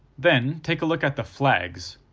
then take a look at the flags.